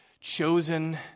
chosen